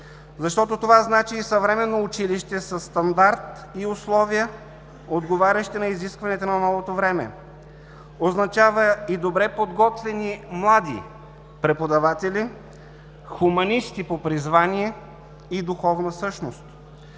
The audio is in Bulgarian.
Това значи и съвременно училище със стандарт и условия, отговарящи на изискванията на новото време. Означава и добре подготвени млади преподаватели, хуманисти по призвание и духовна същност.